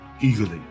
eagerly